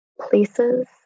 places